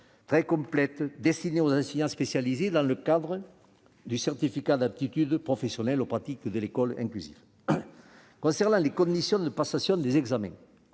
très complets, destinés aux enseignants spécialisés dans le cadre du certificat d'aptitude professionnelle aux pratiques de l'éducation inclusive. En ce qui concerne les conditions de passation des examens,